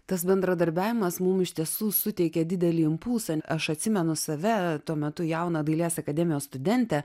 tas bendradarbiavimas mum iš tiesų suteikė didelį impulsą aš atsimenu save tuo metu jauna dailės akademijos studentė